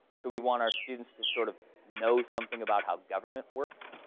so we want our students to sort of know something about how government works,